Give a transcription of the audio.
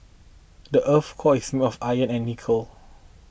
the earth's core is made of iron and nickel